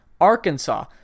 Arkansas